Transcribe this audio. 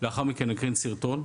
נקיים סרטון,